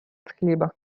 хліба